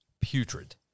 putrid